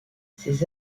ces